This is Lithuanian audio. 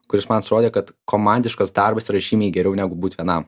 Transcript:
kuris man surodė kad komandiškas darbas yra žymiai geriau negu būt vienam